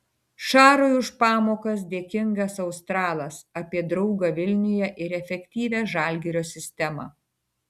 šarui už pamokas dėkingas australas apie draugą vilniuje ir efektyvią žalgirio sistemą